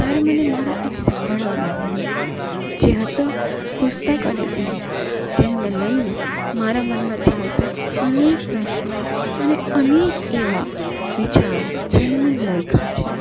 ત્યારે મને મારા એક સાંભળનાર મળ્યું જે હતા પુસ્તક અને પિમ જેને મેં લઈને મારા મનમાં ચાલતા અનેક પ્રશ્નો અને અનેક એવા વિચારો જેને મેં લખ્યાં છે